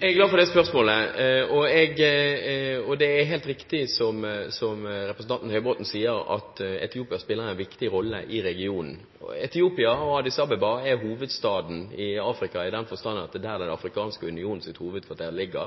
Jeg er glad for det spørsmålet. Det er helt riktig som representanten Høybråten sier, at Etiopia spiller en viktig rolle i regionen. Addis Abeba i Etiopia er «hovedstaden» i Afrika, i den forstand at det er der Den afrikanske unions hovedkvarter ligger.